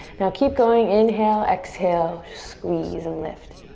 now keep going, inhale, exhale, squeeze, and lift.